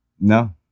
No